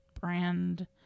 brand